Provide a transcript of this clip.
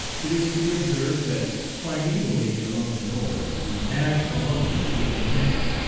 it is to be observed that primevally among the norse the ash alone stood for man.